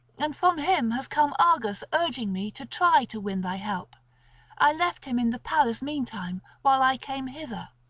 and from him has come argus urging me to try to win thy help i left him in the palace meantime while i came hither.